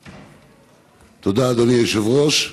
תודה, אדוני היושב-ראש.